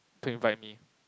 couldn't find me